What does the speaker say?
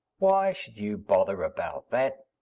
why should you bother about that